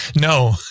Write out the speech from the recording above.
No